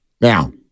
Now